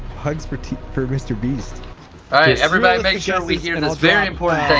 hugs for for mr. beast. all right everybody make sure we hear this very important